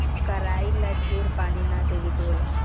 कराई ला ढेर पानी ना देवे के होला